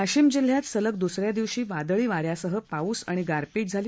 वाशिम जिल्ह्यात सलग द्रस या दिवशी वादळीवा यासह पाऊस आणि गारपीठ झाली